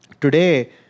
Today